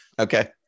okay